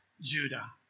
Judah